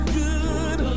good